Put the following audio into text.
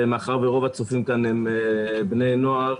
מאחר שרוב הצופים כאן הם בני נוער,